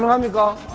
um and